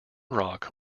rock